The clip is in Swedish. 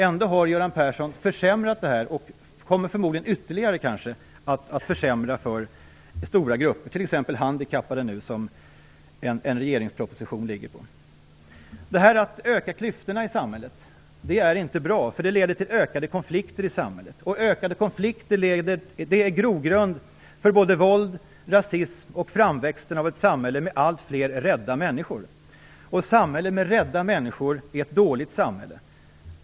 Ändå har Göran Persson försämrat för dem och kommer förmodligen ytterligare att försämra för stora grupper, t.ex. handikappade, där det nu kommer en proposition från regeringen. Att öka klyftorna i samhället är inte bra. Det leder till ökade konflikter. Ökade konflikter är grogrund för våld, rasism och framväxten av ett samhälle med allt fler rädda människor. Ett samhälle med rädda människor är ett dåligt samhälle.